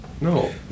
No